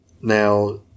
Now